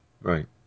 right